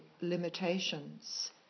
limitations